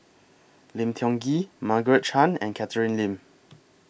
Lim Tiong Ghee Margaret Chan and Catherine Lim